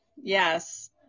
Yes